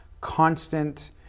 constant